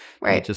Right